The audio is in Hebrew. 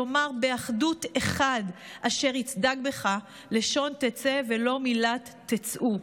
כלומר באחדות אחד אשר יצדק בך לשון תצא ולא מלת תצאו".